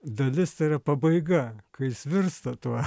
dalis tai yra pabaiga kai jis virsta tuo